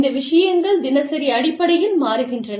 இந்த விஷயங்கள் தினசரி அடிப்படையில் மாறுகின்றன